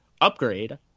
upgrade